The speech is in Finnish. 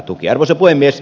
arvoisa puhemies